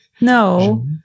No